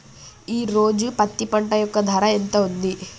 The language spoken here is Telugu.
ఈ రోజు పత్తి పంట యొక్క ధర ఎంత ఉంది?